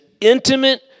intimate